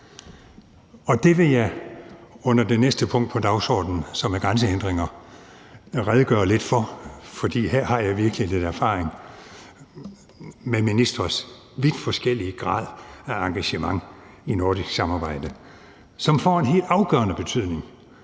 Det vil jeg under det næste punkt på dagsordenen, som er grænsehindringer, redegøre lidt for, for her har jeg virkelig lidt erfaring med ministres vidt forskellige grader af engagement i nordisk samarbejde, som får en helt afgørende betydning,